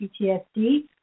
PTSD